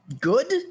good